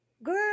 Girl